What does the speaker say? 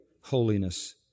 holiness